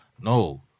No